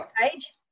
page